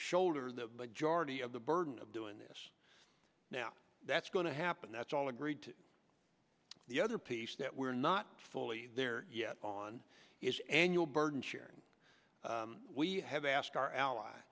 shoulder the giardia of the burden of doing this now that's going to happen that's all agreed to the other piece that we're not fully there yet on is annual burden sharing we have asked our ally